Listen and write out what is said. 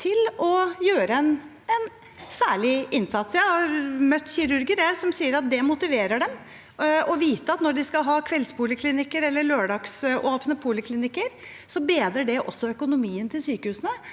til å gjøre en særlig innsats. Jeg har møtt kirurger som sier at det motiverer dem å vite at når de skal ha kveldspoliklinikker eller lørdagsåpne poliklinikker, bedrer det også økonomien til sykehusene